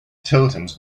totems